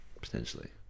potentially